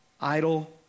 idle